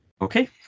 Okay